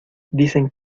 dicen